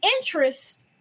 interest